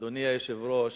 אדוני היושב-ראש,